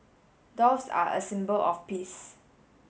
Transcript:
doves are a symbol of peace